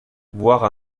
voire